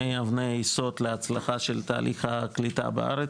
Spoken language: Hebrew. אבני היסוד להצלחה של תהליך הקליטה בארץ.